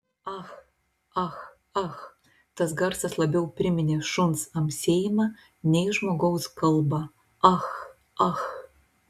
ah ah ah tas garsas labiau priminė šuns amsėjimą nei žmogaus kalbą ah ah